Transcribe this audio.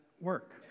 work